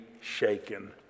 shaken